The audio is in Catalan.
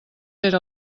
era